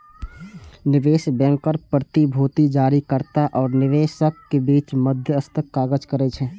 निवेश बैंकर प्रतिभूति जारीकर्ता आ निवेशकक बीच मध्यस्थक काज करै छै